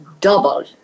double